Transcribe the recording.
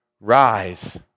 rise